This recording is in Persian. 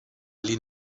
علی